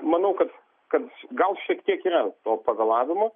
manau kad kad gal šiek tiek yra to pavėlavimo